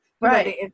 right